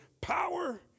Power